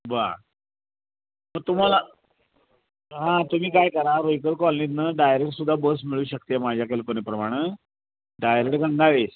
बरं मग तुम्हाला हां तुम्ही काय करा रुईकर कॉलनीतून डायरेक्ट सुद्धा बस मिळू शकते माझ्या कल्पनेप्रमाणं डायरेक्ट गंगावेस